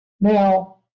Now